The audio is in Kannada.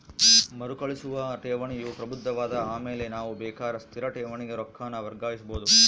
ಮರುಕಳಿಸುವ ಠೇವಣಿಯು ಪ್ರಬುದ್ಧವಾದ ಆಮೇಲೆ ನಾವು ಬೇಕಾರ ಸ್ಥಿರ ಠೇವಣಿಗೆ ರೊಕ್ಕಾನ ವರ್ಗಾಯಿಸಬೋದು